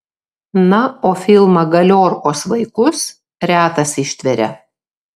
na o filmą galiorkos vaikus retas ištveria